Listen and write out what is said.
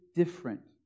different